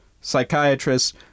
psychiatrists